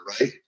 right